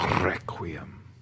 Requiem